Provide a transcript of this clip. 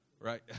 right